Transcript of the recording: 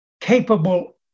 capable